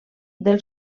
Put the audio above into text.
del